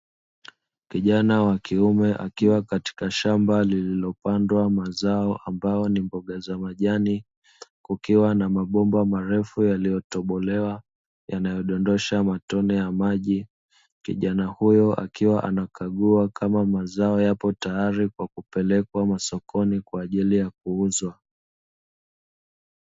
Kijana wa kiume akiwa katika shamba lililopandwa mazao ambayo ni mboga za majani kukiwa na mabomba marefu yaliyotobolewa yanayodondosha matone ya maji. Kijana huyo akiwa anakagua kama mazao yapo tayari kwa kupelekwa masokoni kwa ajili ya kuuzwa.